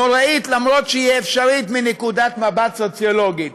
למרות שהיא אפשרית מנקודת מבט סוציולוגית.